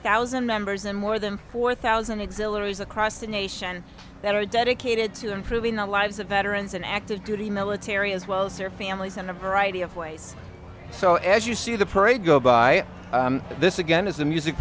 thousand members and more than four thousand exhilarates across the nation that are dedicated to improving the lives of veterans and active duty military as well as their families in a variety of ways so as you see the parade go by this again is a music